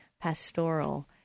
pastoral